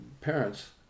parents